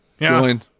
Join